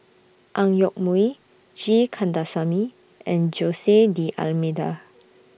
Ang Yoke Mooi G Kandasamy and Jose D'almeida